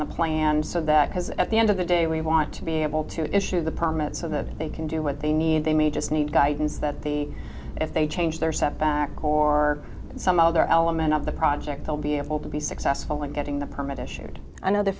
the plane and so that because at the end of the day we want to be able to issue the permit so the they can do what they need they may just need guidance that the if they change their setback or some other element of the project they'll be able to be successful in getting the permit issued another